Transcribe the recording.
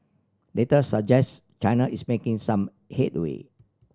data suggest China is making some headway